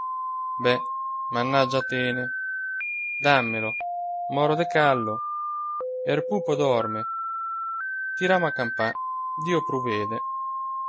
be mannaggia a tene dammelo moro de callo er pupo dorme tiramo a campà dio pruvede